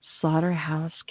Slaughterhouse